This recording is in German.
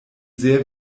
sehr